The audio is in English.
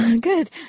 Good